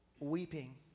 Weeping